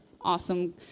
awesome